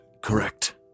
correct